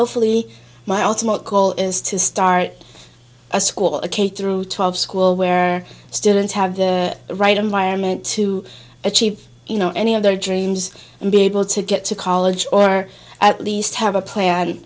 hopefully my ultimate goal is to start a school a k through twelve school where students have the right environment to achieve you know any of their dreams and be able to get to college or at least have a plan